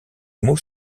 mot